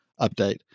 update